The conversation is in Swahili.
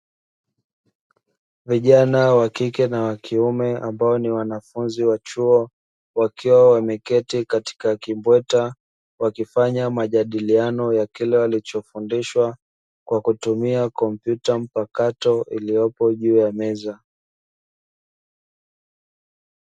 Vijana wa kike na wakiume ambao ni wanafunzi wa chuo wakiwa wameketi katika kimbweta wakifanya majadiliano ya kile walicho fundishwa kwa kutumia kompyuta mpakato iliyopo juu ya meza.